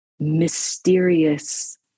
mysterious